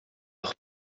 leur